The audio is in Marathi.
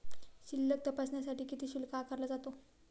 शिल्लक तपासण्यासाठी किती शुल्क आकारला जातो?